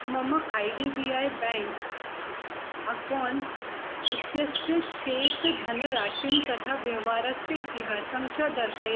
मम I D B I bank account इत्यस्य शेषधनराशिं तथा व्यवहारस्य इतिहासं च दर्शय